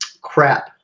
crap